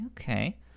okay